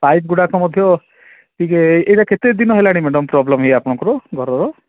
pipe ଗୁଡ଼ାକ ମଧ୍ୟ ଟିକିଏ ଏଇଟା କେତେଦିନ ହେଲାଣି ମ୍ୟାଡ଼ାମ୍ ପ୍ରୋବ୍ଲେମ୍ ଇଏ ଆପଣଙ୍କର ଘରର